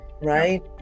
right